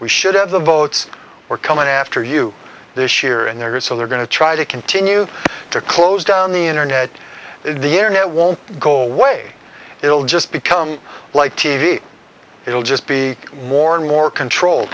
we should have the votes we're coming after you this year and there is so they're going to try to continue to close down the internet the internet won't go away it'll just become like t v it will just be more and more control